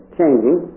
changing